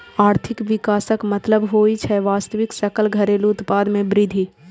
आर्थिक विकासक मतलब होइ छै वास्तविक सकल घरेलू उत्पाद मे वृद्धि